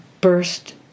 burst